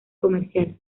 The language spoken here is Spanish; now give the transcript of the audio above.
comercial